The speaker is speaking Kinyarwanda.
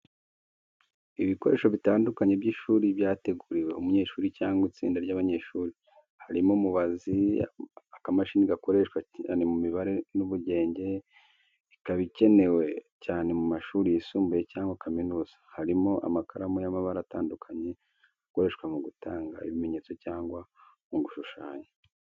Ibikoresho bitandukanye by’ishuri byateguriwe umunyeshuri cyangwa itsinda ry’abanyeshuri. Harimo mubazi, akamashini gakoreshwa cyane mu mibare n'ubugenge, ikaba ikenewe cyane mu mashuri yisumbuye cyangwa kaminuza. Harimo amakaramu y’amabara atandukanye akoreshwa mu gutanga ibimenyetso cyangwa mu gushushanya.